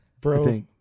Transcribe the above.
Bro